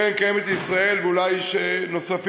קרן קיימת לישראל, ואולי יש נוספים.